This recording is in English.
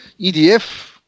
EDF